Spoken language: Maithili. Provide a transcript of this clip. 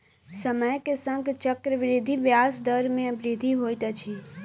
समय के संग चक्रवृद्धि ब्याज दर मे वृद्धि होइत अछि